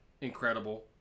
incredible